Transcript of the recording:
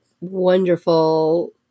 wonderful –